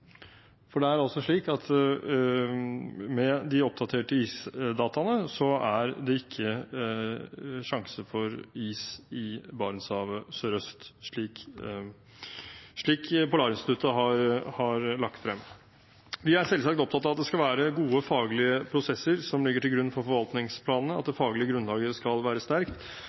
iskart, er vi altså kommet i den lykkelige situasjon at Stortinget ikke lenger motsier seg selv. Med de oppdaterte isdataene er det ikke sjanse for is i Barentshavet sørøst, slik Polarinstituttet har lagt det frem. Vi er selvsagt opptatt av at det skal være gode faglige prosesser som ligger til grunn for forvaltningsplanene, at det faglige grunnlaget skal være sterkt.